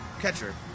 Catcher